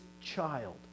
child